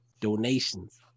donations